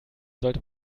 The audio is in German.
sollte